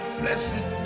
blessed